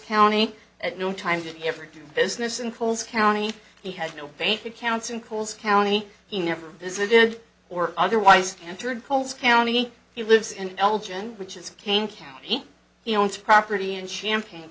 county at no time did he ever do business in coles county he has no bank accounts in coles county he never visited or otherwise entered coles county he lives in elgin which is kane county he owns property in champagne